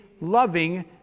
loving